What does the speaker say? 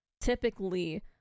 typically